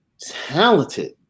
talented